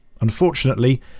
unfortunately